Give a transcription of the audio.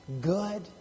good